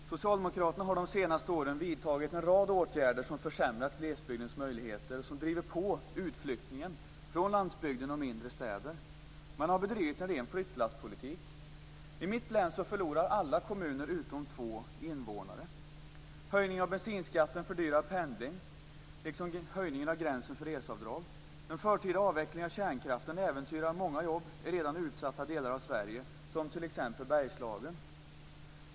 Herr talman! Socialdemokraterna har de senaste åren vidtagit en rad åtgärder som försämrat glesbygdens möjligheter och som driver på utflyttningen från landsbygd och mindre städer. Man har bedrivit en ren flyttlasspolitik. I mitt län förlorar alla kommuner utom två invånare. Höjningen av bensinskatten fördyrar pendling, liksom höjningen av gränsen för reseavdrag. Den förtida avvecklingen av kärnkraften äventyrar många jobb i redan utsatta delar av Sverige, t.ex. Bergslagen.